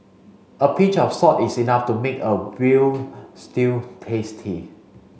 a pinch of salt is enough to make a veal stew tasty